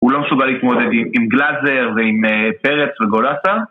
הוא לא מסוגל להתמודד עם גלזר ועם פרץ וגולסה?